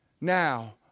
now